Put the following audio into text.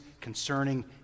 concerning